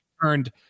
earned